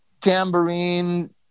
tambourine